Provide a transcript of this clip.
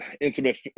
Intimate